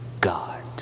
God